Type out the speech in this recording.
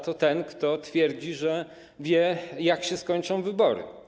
To ten, kto twierdzi, że wie, jak się skończą wybory.